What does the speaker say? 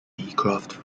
beecroft